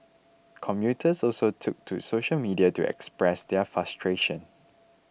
commuters also took to social media to express their frustration